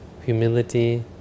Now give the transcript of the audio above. humility